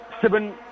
seven